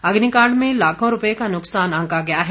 अग्निकांड में लाखों रूपये का नुकसान आंका गया है